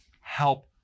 help